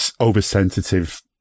oversensitive